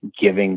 giving